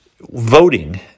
voting